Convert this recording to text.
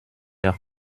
der